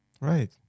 Right